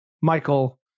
michael